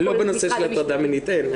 בנושא של הטרדה מינית אין.